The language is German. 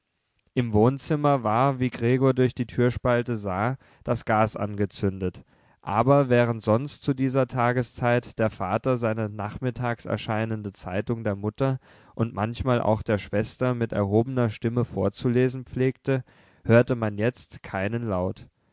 im wohnzimmer war wie gregor durch die türspalte sah das gas angezündet aber während sonst zu dieser tageszeit der vater seine nachmittags erscheinende zeitung der mutter und manchmal auch der schwester mit erhobener stimme vorzulesen pflegte hörte man jetzt keinen laut